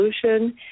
solution